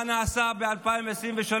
מה נעשה ב-2023?